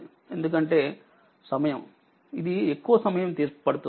ఎందుకంటేసమయంఇది ఎక్కువ సమయం పడుతోంది